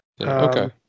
Okay